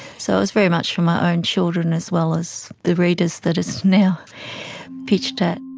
so it was very much for my own children as well as the readers that it's now pitched at.